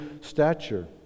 stature